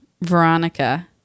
Veronica